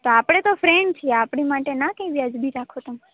તો આપણે તો ફ્રેન્ડ છીએ આપણી માટે ના કંઈ વ્યાજબી રાખો તમે